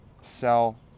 sell